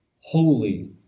holy